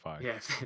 yes